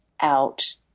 out